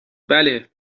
بله